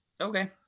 Okay